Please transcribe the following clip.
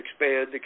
expand